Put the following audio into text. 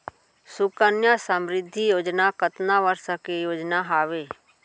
सुकन्या समृद्धि योजना कतना वर्ष के योजना हावे?